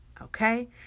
okay